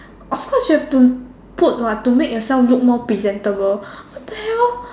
of course you have to put what to put yourself more presentable what the hell